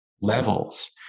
levels